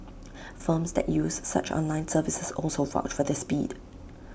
firms that use such online services also vouch for their speed